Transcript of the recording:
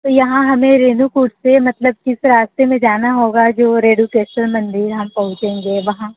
तो यहां हमें रेणुकूट से मतलब किस रास्ते में जाना होगा जो रेणुकेश्वर मंदिर हम पहुचेंगे वहां